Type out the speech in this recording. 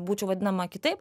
būčiau vadinama kitaip